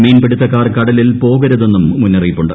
മീൻ പിടുത്തക്കാർ കടലിൽ പോകരുതെന്നും മുന്നറിയിപ്പുണ്ട്